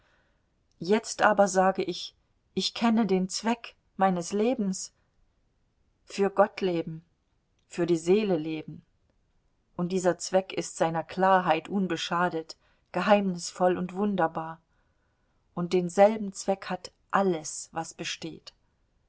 jetzt aber sage ich ich kenne den zweck meines lebens für gott leben für die seele leben und dieser zweck ist seiner klarheit unbeschadet geheimnisvoll und wunderbar und denselben zweck hat alles was besteht